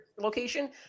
location